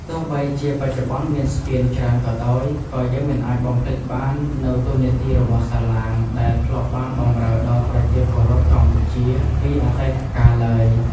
ទោះបីជាបច្ចុប្បន្នមានស្ពានច្រើនក៏ដោយ ក៏យើងមិនអាចបំភ្លេចបាននូវតួនាទីរបស់សាឡាងដែលធ្លាប់បានបម្រើដល់ប្រជាពលរដ្ឋកម្ពុជាពីអតីតកាលឡើយ។